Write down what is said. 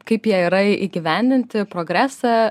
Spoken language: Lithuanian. kaip jie yra įgyvendinti progresą